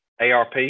arp